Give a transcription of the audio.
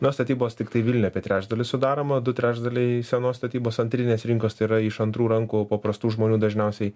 na statybos tiktai vilniuje apie trečdalį sudaroma du trečdaliai senos statybos antrinės rinkos tai yra iš antrų rankų paprastų žmonių dažniausiai